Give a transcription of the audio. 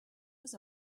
was